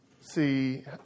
See